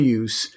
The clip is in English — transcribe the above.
use